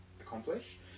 accomplish